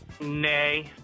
Nay